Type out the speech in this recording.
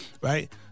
right